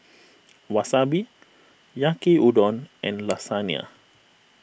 Wasabi Yaki Udon and Lasagna